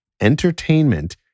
Entertainment